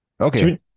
Okay